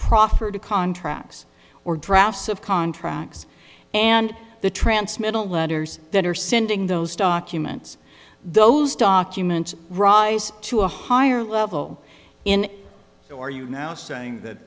proffered contracts or drafts of contracts and the transmittal letters that are sending those documents those documents rise to a higher level in the are you now saying that